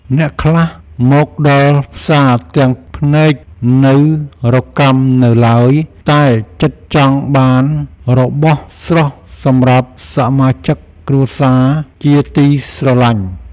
អ្នកខ្លះមកដល់ផ្សារទាំងភ្នែកនៅរកាំនៅឡើយតែចិត្តចង់បានរបស់ស្រស់សម្រាប់សមាជិកគ្រួសារជាទីស្រឡាញ់។